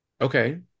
Okay